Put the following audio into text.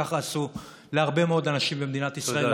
ככה עשו להרבה מאוד אנשים במדינת ישראל.